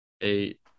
eight